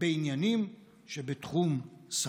בעניינים שבתחום סמכותך."